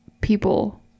people